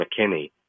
McKinney